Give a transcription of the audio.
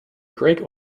greek